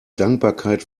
dankbarkeit